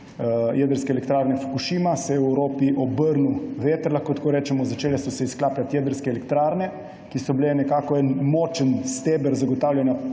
jedrske elektrarne Fukušima, ko se je v Evropi obrnil veter, lahko tako rečemo. Začele so se izklapljati jedrske elektrarne, ki so bile močan steber zagotavljanja